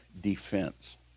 defense